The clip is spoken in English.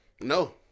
No